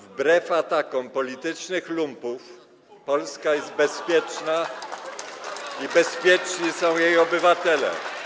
Wbrew atakom politycznych lumpów Polska jest bezpieczna i bezpieczni są jej obywatele.